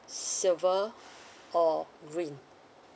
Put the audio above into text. silver or green